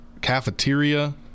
cafeteria